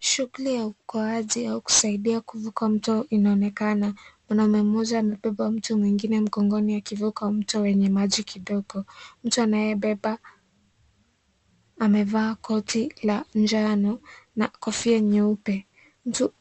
Shughuli ya uokoaji au kusaidia kuvuka mto inaonekana. Mwanamume mmoja amebeba mtu mwengine mgongoni akivuka mto wenye maji kidogo. Mtu anayebebwa amevaa koti la njano na kofia nyeupe. Mtu